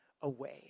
away